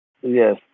Yes